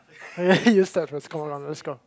you start first